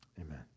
Amen